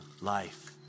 life